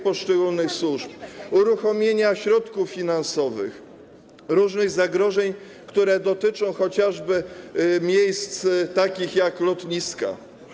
poszczególnych służb, uruchomienia środków finansowych, różnych zagrożeń, które dotyczą chociażby miejsc takich jak lotniska.